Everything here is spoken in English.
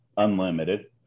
unlimited